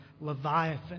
Leviathan